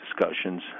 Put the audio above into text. discussions